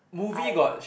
I